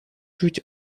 чуть